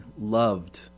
loved